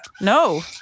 No